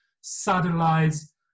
satellites